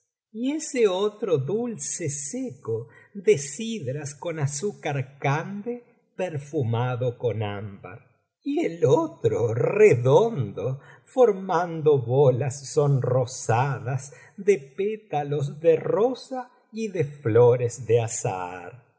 y ese otro dulce seco de cidras con azúcar cande perfumado con ámbar y el otro redondo formando bolas sonrosadas de pétalos de rosa y de flores de azahar